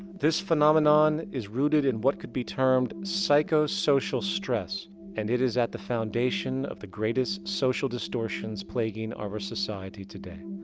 this phenomenon is rooted in what could be termed psychosocial stress and it is at the foundation of the greatest social distortions plaguing our society today.